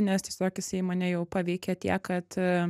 nes tiesiog į mane jau paveikia tiek kad